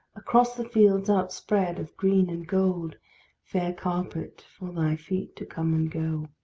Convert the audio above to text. across the fields outspread of green and gold fair carpet for thy feet to come and go.